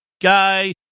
guy